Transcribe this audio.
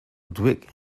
twig